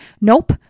nope